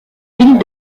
ville